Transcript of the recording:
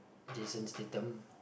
Jason-Statham